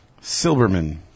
Silberman